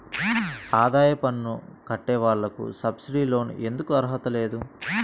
ఆదాయ పన్ను కట్టే వాళ్లకు సబ్సిడీ లోన్ ఎందుకు అర్హత లేదు?